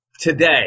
Today